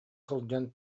сылдьан